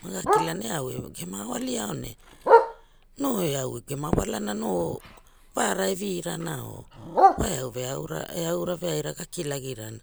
Maga kilana eau e gema au alio ne no eau gema walana no varara e vi rana or wa eau veau ra eau ra veaira ga kilagi rana